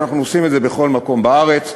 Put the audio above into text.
אנחנו עושים את זה בכל מקום בארץ,